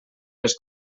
les